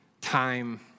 time